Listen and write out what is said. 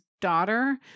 daughter